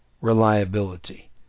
reliability